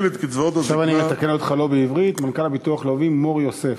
עכשיו אני מתקן אותך לא בעברית: מנכ"ל הביטוח הלאומי שלמה מור-יוסף.